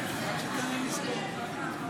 בעד אושר שקלים, בעד המורה, אני מצביעה כל כך יפה.